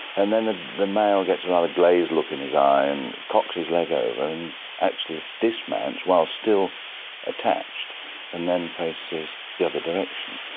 and then the the male gets a rather glazed look in his eye and cocks his leg over and and actually dismounts while still attached and then faces the other direction,